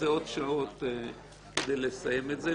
עוד שעות כדי לסיים את זה.